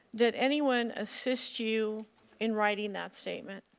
did anyone assist you in writing that statement?